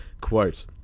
quote